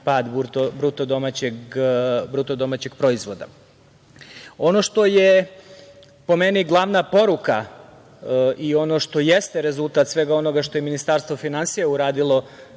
najmanji pad BDP.Ono što je, po meni, glavna poruka i ono što jeste rezultat svega onoga što je Ministarstvo finansija uradilo,